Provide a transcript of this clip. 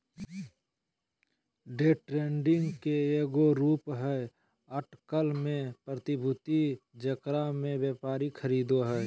day trading के एगो रूप हइ अटकल में प्रतिभूति जेकरा में व्यापारी खरीदो हइ